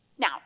Now